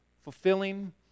fulfilling